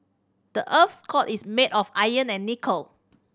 the earth's core is made of iron and nickel